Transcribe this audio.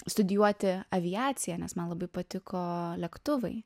studijuoti aviaciją nes man labai patiko lėktuvai